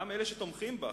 גם אלה שתומכים בה,